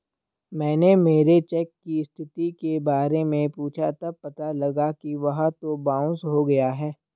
मैंने मेरे चेक की स्थिति के बारे में पूछा तब पता लगा कि वह तो बाउंस हो गया है